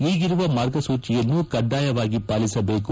ಈಗಿರುವ ಮಾರ್ಗಸೂಜಿಯನ್ನು ಕಡ್ಗಾಯವಾಗಿ ಪಾಲಿಸಬೇಕು